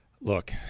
Look